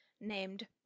named